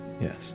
Yes